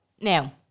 Now